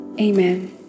Amen